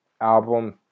album